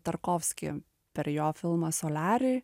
tarkovskį per jo filmą soliarį